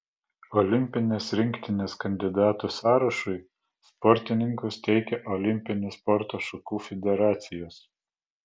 olimpinės rinktinės kandidatų sąrašui sportininkus teikia olimpinių sporto šakų federacijos